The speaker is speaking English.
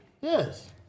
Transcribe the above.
Yes